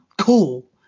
cool